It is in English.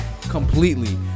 completely